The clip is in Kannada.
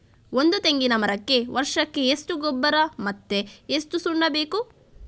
ಒಂದು ತೆಂಗಿನ ಮರಕ್ಕೆ ವರ್ಷಕ್ಕೆ ಎಷ್ಟು ಗೊಬ್ಬರ ಮತ್ತೆ ಎಷ್ಟು ಸುಣ್ಣ ಬೇಕು?